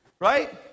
right